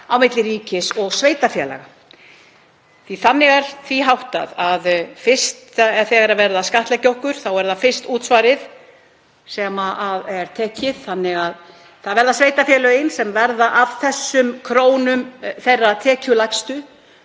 á milli ríkis og sveitarfélaga. Því er þannig háttað að þegar verið er að skattleggja okkur er það fyrst útsvarið sem er tekið þannig að það eru sveitarfélögin sem verða af þessum krónum þeirra tekjulægstu,